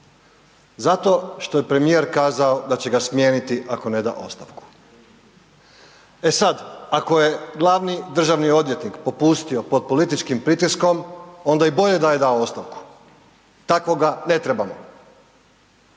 Zato što je premijer kazao da će ga smijeniti ako ne da ostavku. E sad, ako je glavni državni odvjetnik popustio pod političkim pritiskom, onda i bolje da je dao ostavku. Takvoga ne trebamo.